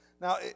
Now